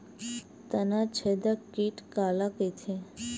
तनाछेदक कीट काला कइथे?